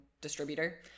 distributor